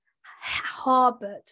harbored